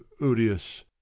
odious